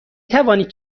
توانید